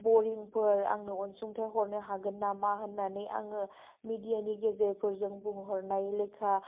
बरिंफोर आंनो अनसुंथाइ हरनो हागोन नामा होन्नानै आङो मिडियानि गेजेरफोरजों बुहरनाय लेखा